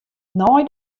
nei